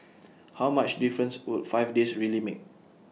how much difference would five days really make